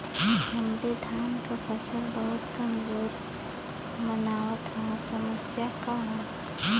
हमरे धान क फसल बहुत कमजोर मनावत ह समस्या का ह?